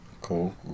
Cool